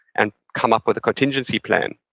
and come up with a contingency plan.